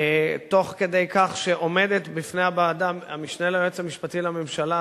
תוך כדי כך שעומדת בפני הוועדה המשנה ליועץ המשפטי לממשלה,